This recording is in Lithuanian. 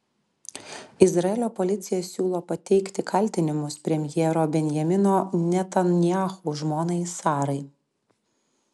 izraelio policija siūlo pateikti kaltinimus premjero benjamino netanyahu žmonai sarai